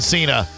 Cena